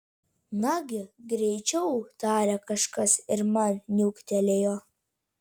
nagi greičiau tarė kažkas ir man niuktelėjo